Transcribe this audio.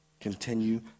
continue